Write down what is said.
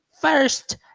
first